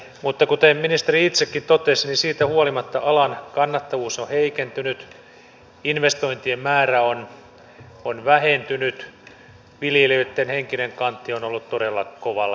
mutta kuten ministeri itsekin totesi siitä huolimatta alan kannattavuus on heikentynyt investointien määrä on vähentynyt viljelijöitten henkinen kantti on ollut todella kovalla koetuksella